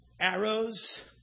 Arrows